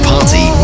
Party